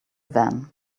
van